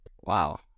Wow